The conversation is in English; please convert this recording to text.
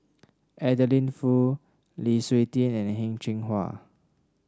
Adeline Foo Lu Suitin and Heng Cheng Hwa